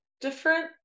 different